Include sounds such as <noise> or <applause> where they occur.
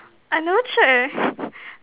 I never check eh <breath>